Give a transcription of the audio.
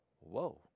whoa